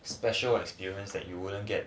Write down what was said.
special experience that you wouldn't get